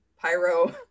pyro